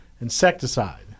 insecticide